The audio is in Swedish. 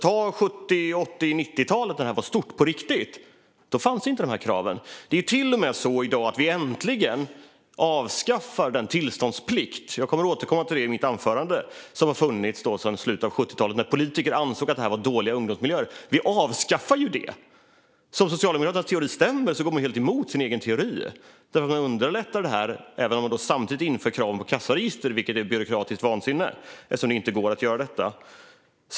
Ta 70, 80 och 90-talen, när detta var stort på riktigt - då fanns inte de här kraven! Det är till och med så att vi äntligen, vilket jag kommer att återkomma till i mitt anförande, avskaffar den tillståndsplikt som har funnits sedan slutet av 70-talet. Då ansåg politiker att detta var dåliga ungdomsmiljöer, men vi avskaffade ju tillståndsplikten. Om Socialdemokraternas teori här stämmer går man alltså helt emot sin egen tidigare teori i och med att man nu underlättar för detta - även om man samtidigt inför krav på kassaregister, vilket är byråkratiskt vansinne eftersom det inte går att genomföra.